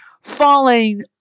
falling